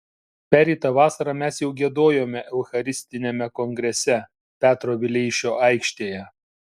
pereitą vasarą mes jau giedojome eucharistiniame kongrese petro vileišio aikštėje